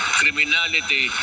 criminality